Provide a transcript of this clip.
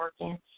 working